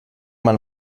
man